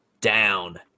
down